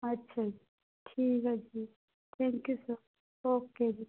ਅੱਛਾ ਠੀਕ ਹੈ ਜੀ ਥੈਂਕ ਯੂ ਸਰ ਓਕੇ ਜੀ